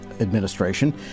Administration